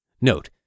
Note